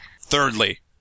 Thirdly